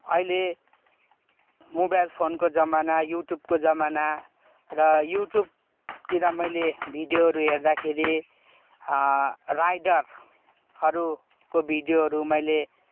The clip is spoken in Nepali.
अहिले मोबाइल फोनको जमाना युट्युबको जमाना र युट्युबतिर मैले भिडियोहरू हेर्दाखेरि राइडरहरूको भिडियोहरू मैले